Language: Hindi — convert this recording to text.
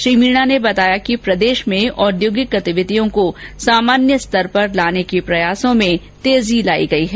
श्री मीणा ने बताया कि प्रदेश में औद्योगिक गतिविधियों को सामान्य स्तर पर लाने के लिए प्रयासों में तेजी लाई गई है